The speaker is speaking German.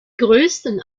größten